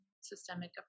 systemic